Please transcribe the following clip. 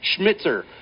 Schmitzer